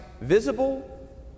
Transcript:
visible